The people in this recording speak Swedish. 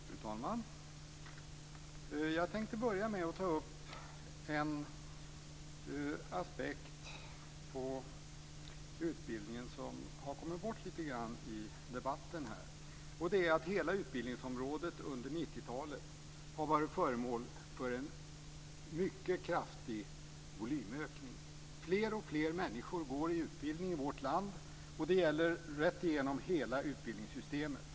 Fru talman! Jag tänkte börja med att ta upp en aspekt på utbildningen som har kommit bort lite grann i debatten här. Det är att hela utbildningsområdet under 90-talet har varit föremål för en mycket kraftig volymökning. Fler och fler människor går i utbildning i vårt land. Det gäller rätt igenom hela utbildningssystemet.